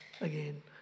again